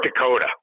Dakota